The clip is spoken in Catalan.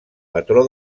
patró